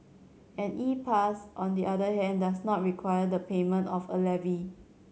an E Pass on the other hand does not require the payment of a levy